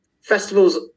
festivals